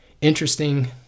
Interesting